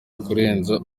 kurenza